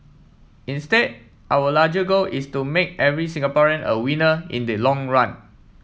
instead our larger goal is to make every Singaporean a winner in the long run